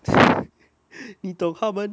你懂他们